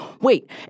Wait